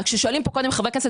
כששואלים פה קודם חברי כנסת,